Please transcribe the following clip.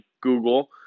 Google